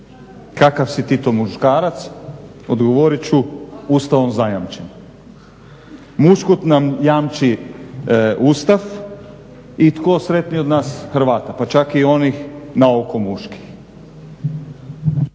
kakav si ti to muškarac, odgovorit ću, ustavom zajamčen. Muškost nam jamči Ustav i tko sretniji od nas Hrvata pa čak i onih na oko muških.